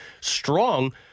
strong